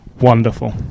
wonderful